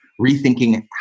rethinking